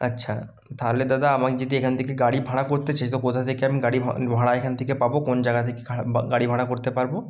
আচ্ছা তাহলে দাদা আমায় যদি এখান থেকে গাড়ি ভাড়া করতে চাই তো কোথা থেকে আমি গাড়ি ভা ভাড়া এখান থেকে পাবো কোন জাগা থেকে খা বা গাড়ি ভাড়া করতে পারবো